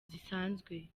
zisanzwe